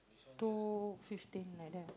two fifteen like that